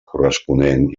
corresponent